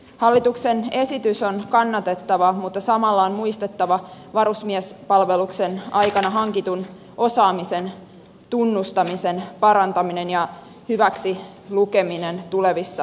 hallituksen esitys on kannatettava mutta samalla on muistettava varusmiespalveluksen aikana hankitun osaamisen tunnustamisen parantaminen ja hyväksilukeminen tulevissa opinnoissa